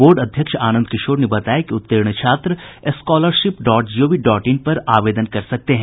board अध्यक्ष आनंद किशोर ने बताया कि उत्तीर्ण छात्र scholarship dot gov dot in पर आवेदन कर सकते हैं